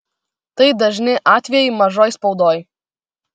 tai dažni atvejai mažoj spaudoj